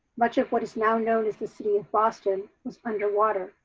much of what is now known as the city of boston underwater,